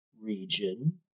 region